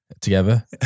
together